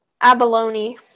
abalone